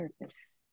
purpose